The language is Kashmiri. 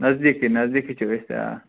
نزدیٖکھٕے نزدیٖکھٕے چھِ أسۍ آ